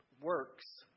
works